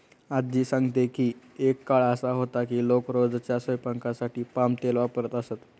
आज्जी सांगते की एक काळ असा होता की लोक रोजच्या स्वयंपाकासाठी पाम तेल वापरत असत